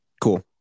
cool